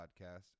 podcast